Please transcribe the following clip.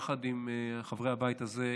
יחד עם חברי הבית הזה,